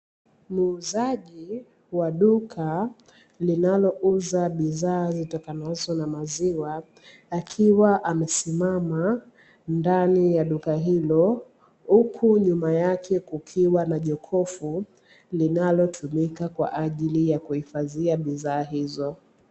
Muuzaji wa duka linalouza bidhaa zitokanazo na maziwa akiwa amesimama ndani ya duka hilo, huku nyuma yake kukiwa na jokofu linalotumika kwa ajili ya kuhifadhia bidhaa hizo.